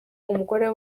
umugore